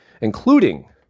including